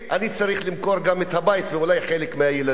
אני צריך למכור גם את הבית ואולי חלק מהילדים.